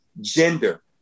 Gender